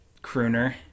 crooner